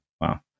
Wow